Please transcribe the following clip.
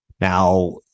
Now